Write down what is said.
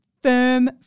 firm